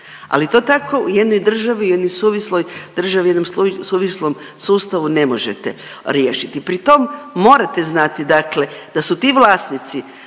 u jednoj suvisloj državi u jednom suvislom sustavu ne možete riješiti. Pri tom morate znati da su ti vlasnici